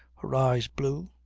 her eyes blue,